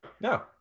no